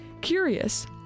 Curious